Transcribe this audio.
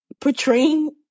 portraying